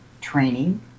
training